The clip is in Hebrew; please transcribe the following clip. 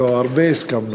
לא, הרבה הסכמנו.